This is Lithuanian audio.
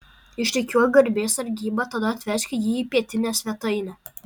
išrikiuok garbės sargybą tada atvesk jį į pietinę svetainę